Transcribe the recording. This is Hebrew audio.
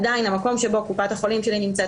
עדיין המקום שבו קופת החולים שלי נמצאת,